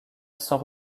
sans